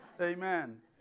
Amen